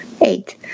eight